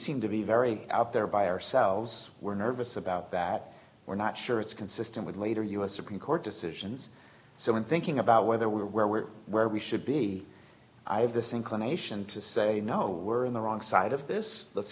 seem to be very out there by ourselves we're nervous about that we're not sure it's consistent with later u s supreme court decisions so in thinking about whether we are where we're where we should be i have this inclination to say you know we're in the wrong side of this let's